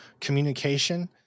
communication